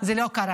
זה לא קרה.